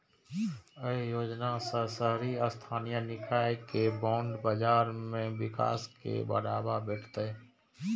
एहि योजना सं शहरी स्थानीय निकाय के बांड बाजार के विकास कें बढ़ावा भेटतै